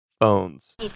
phones